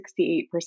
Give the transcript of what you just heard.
68%